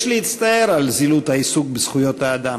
יש להצטער על זילות העיסוק בזכויות האדם